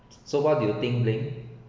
so far do you think lin